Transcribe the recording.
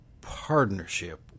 partnership